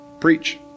Preach